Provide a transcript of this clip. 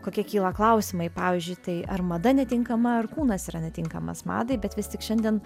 kokie kyla klausimai pavyzdžiui tai ar mada netinkama ar kūnas yra netinkamas madai bet vis tik šiandien